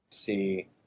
See